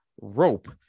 rope